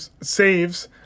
saves